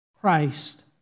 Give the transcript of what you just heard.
Christ